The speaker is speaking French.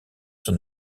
sur